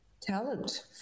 talent